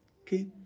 okay